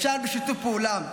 אפשר בשיתוף פעולה.